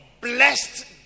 blessed